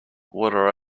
water